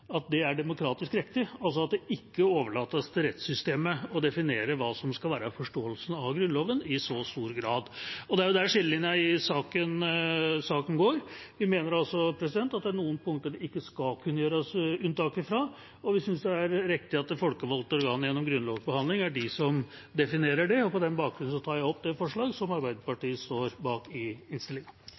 at det er demokratisk riktig at det ikke overlates til rettssystemet å definere hva som skal være forståelsen av Grunnloven i så stor grad. Det er der skillelinjen i saken går. Vi mener altså at det er noen punkter det ikke skal kunne gjøres unntak fra, og vi synes det er riktig at det folkevalgte organ gjennom grunnlovsbehandling er de som definerer det. På den bakgrunn tar jeg opp det forslaget som Arbeiderpartiet står bak i